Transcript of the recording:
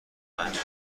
همیشه